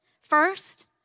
First